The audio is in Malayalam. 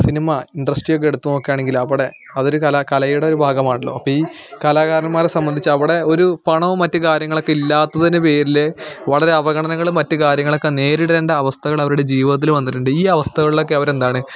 സിനിമ ഇൻഡസ്ട്രി ഒക്കെ എടുത്തു നോക്കുകയാണെങ്കിൽ അവിടെ അതൊരു കല കലയുടെ ഒരു ഭാഗമാണല്ലോ അപ്പം ഈ കലാകാരന്മാരെ സംബന്ധിച്ച് അവിടെ ഒരു പണവും മറ്റു കാര്യങ്ങളും ഒക്കെ ഇല്ലാത്തതിൻ്റെ പേരിൽ വളരെ അവഗണനകളും മറ്റു കാര്യങ്ങളും ഒക്കെ നേരിടേണ്ട അവസ്ഥകൾ അവരുടെ ജീവിതത്തിൽ വന്നിട്ടുണ്ട് ഈ അവസ്ഥകളിലൊക്കെ അവർ എന്താണ്